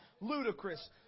ludicrous